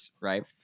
right